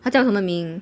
他叫什么名